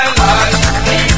life